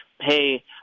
Hey